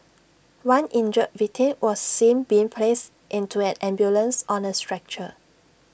one injured victim was seen being placed into an ambulance on A stretcher